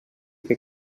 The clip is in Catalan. que